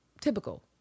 typical